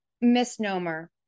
misnomer